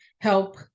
help